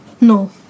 no